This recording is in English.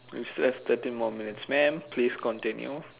we still have thirteen more minutes man please continue